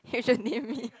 you just name me